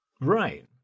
Right